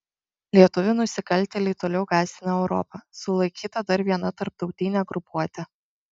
lietuvių nusikaltėliai toliau gąsdina europą sulaikyta dar viena tarptautinė grupuotė